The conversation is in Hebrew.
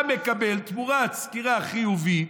אתה, תמורת סקירה חיובית,